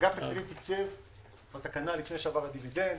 אגף תקציבים תקצב את התקנה לפני שעבר הדיבידנד,